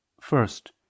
First